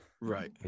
Right